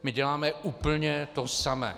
My děláme úplně to samé.